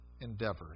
endeavors